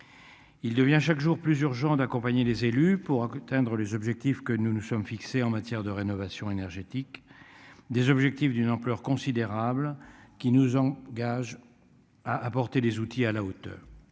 Il devient chaque jour plus urgent d'accompagner les élus pour que teindre les objectifs que nous nous sommes fixés en matière de rénovation énergétique des objectifs d'une ampleur considérable qui nous engage à apporter des outils à la hauteur.